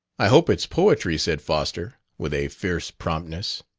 i hope it's poetry! said foster, with a fierce promptness.